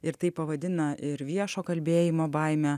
ir tai pavadina ir viešo kalbėjimo baimę